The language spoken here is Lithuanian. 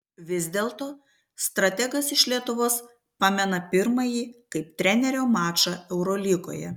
vis dėlto strategas iš lietuvos pamena pirmąjį kaip trenerio mačą eurolygoje